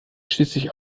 schließlich